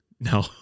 No